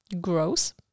Gross